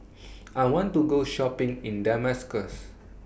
I want to Go Shopping in Damascus